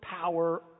power